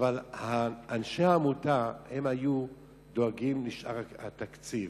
ואנשי העמותה היו דואגים לשאר התקציב.